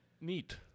Neat